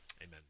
Amen